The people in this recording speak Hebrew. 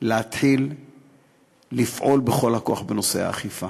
להתחיל לפעול בכל הכוח בנושא האכיפה.